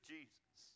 Jesus